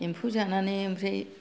एम्फौ जानानै ओमफ्राय